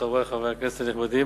חברי חברי הכנסת הנכבדים,